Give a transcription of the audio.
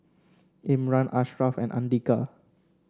Imran Ashraf and Andika